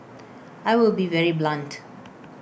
I will be very blunt